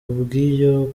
bw’ibyo